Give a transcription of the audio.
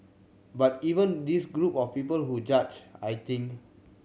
but even this group of people who judge I think